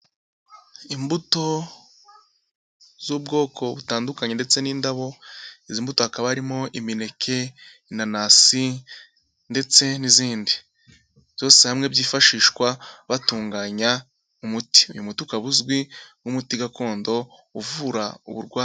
Imbuto z'ubwoko butandukanye ndetse n'indabo izi mbuto hakaba harimo imineke, inanasi ndetse n'izindi. Zose hamwe byifashishwa batunganya umuti. Uyu muti ukaba uzwi nk'umuti gakondo uvura uburwa...